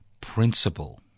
principle